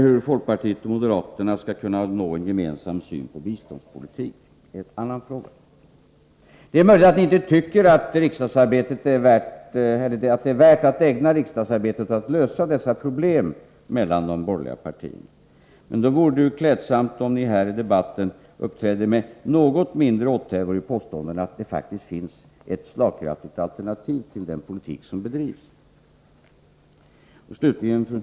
Hur folkpartiet och moderaterna skall kunna nå en gemensam syn på biståndspolitiken är en annan fråga. Det är möjligt att ni inte tycker att det är värt att ägna riksdagsarbetet åt att lösa detta problem för relationerna mellan de borgerliga partierna. Men då vore det ju klädsamt om ni uppträdde med något mindre åthävor när ni här i debatten påstår att det faktiskt finns ett slagkraftigt alternativ till den politik som bedrivs. Om inte C.-H.